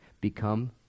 Become